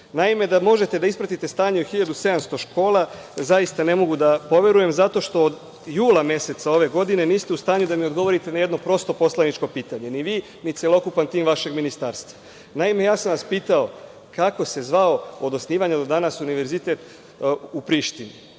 da možete da ispratite stanje u 1700 škola zaista ne mogu da poverujem, zato što jula meseca ove godine niste u stanju da mi odgovorite na jedno prosto poslaničko pitanje, ni vi, ni celokupan tim vašeg Ministarstva. Naime, ja sam vas pitao – kako se zvao, od osnivanja do danas, Univerzitet u Prištini,